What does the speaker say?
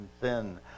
sin